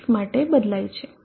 6 માટેબદલાય છે